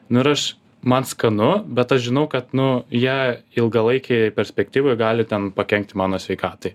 nu ir aš man skanu bet aš žinau kad nu jie ilgalaikėj perspektyvoj gali ten pakenkti mano sveikatai